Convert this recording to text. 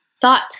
thought